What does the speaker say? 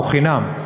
הוא חינם,